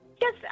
Yes